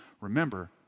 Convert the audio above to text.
Remember